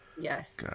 yes